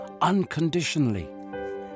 unconditionally